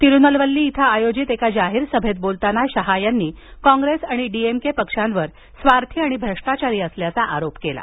तिरुनेलवल्ली इथं आयोजित एका जाहीर सभेत बोलताना शहा यांनी कॉंग्रेस आणि डीएमके पक्षांवर स्वार्थी आणि भ्रष्टाचारी असल्याचा आरोप केला